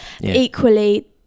Equally